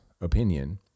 opinion